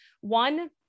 one